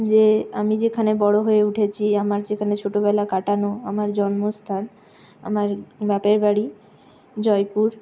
যে আমি যেখানে বড়ো হয়ে উঠেছি আমার যেখানে ছোটোবেলা কাটানো আমার জন্মস্থান আমার বাপের বাড়ি জয়পুর